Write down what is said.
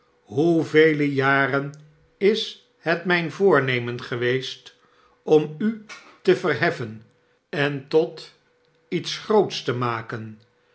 hoevele jaren is het mijn voornemen geweest om u te verheffen en tot iets groots te maken